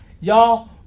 y'all